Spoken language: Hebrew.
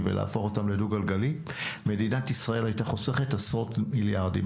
ולהפוך אותם לדו גלגלי מדינת ישראל הייתה חוסכת עשרות מיליארדים.